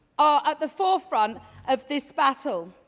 ah at the forefront of this battle.